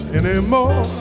anymore